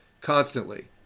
constantly